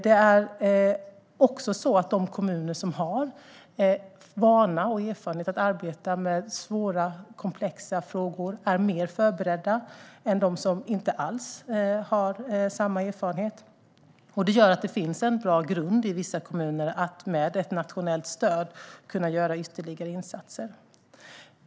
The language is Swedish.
De kommuner som har erfarenhet av att arbeta med svåra, komplexa frågor är mer förberedda än de som inte alls har samma erfarenhet. Det gör att det finns en bra grund i vissa kommuner att med ett nationellt stöd göra ytterligare insatser.